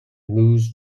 moose